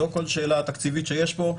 זו כל השאלה התקציבית שיש פה.